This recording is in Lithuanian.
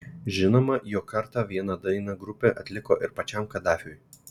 žinoma jog kartą vieną dainą grupė atliko ir pačiam kadafiui